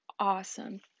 awesome